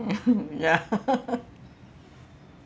ya